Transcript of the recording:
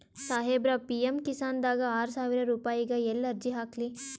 ಸಾಹೇಬರ, ಪಿ.ಎಮ್ ಕಿಸಾನ್ ದಾಗ ಆರಸಾವಿರ ರುಪಾಯಿಗ ಎಲ್ಲಿ ಅರ್ಜಿ ಹಾಕ್ಲಿ?